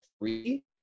three